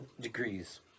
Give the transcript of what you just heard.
degrees